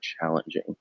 challenging